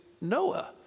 Noah